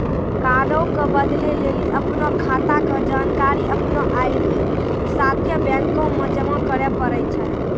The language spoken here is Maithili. कार्डो के बदलै लेली अपनो खाता के जानकारी अपनो आई.डी साथे बैंको मे जमा करै पड़ै छै